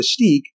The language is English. Mystique